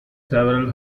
several